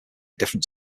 different